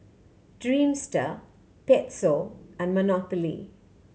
Dreamster Pezzo and Monopoly